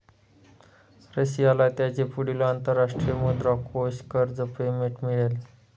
रशियाला त्याचे पुढील अंतरराष्ट्रीय मुद्रा कोष कर्ज पेमेंट मिळेल